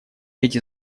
эти